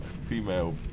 Female